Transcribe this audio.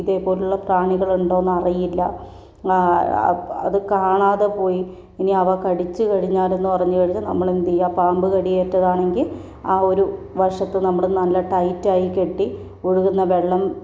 ഇതേപോലുള്ള പ്രാണികൾ ഉണ്ടോന്നറിയില്ല ആ അതു കാണാതെപോയി ഇനി അവ കടിച്ചു കഴിഞ്ഞാൽ എന്നു പറഞ്ഞുകഴിഞ്ഞാൽ നമ്മൾ എന്തുചെയ്യാ പാമ്പു കടിയേറ്റതാണെങ്കിൽ ആ ഒരു വശത്ത് നമ്മൾ നല്ല ടൈറ്റായി കെട്ടി ഒഴുകുന്ന വെള്ളം